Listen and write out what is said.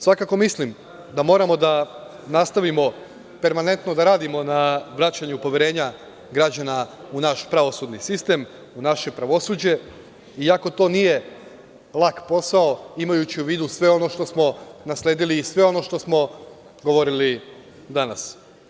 Svakako mislim da moramo da nastavimo permanentno da radimo na vraćanju poverenja građana u naš pravosudni sistem, u naše pravosuđe, iako to nije lak posao, imajući u vidu sve ono što smo nasledili i sve ono o čemu smo govorili danas.